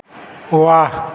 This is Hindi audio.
वाह